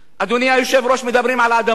אדוני היושב-ראש, מדברים על אדמות.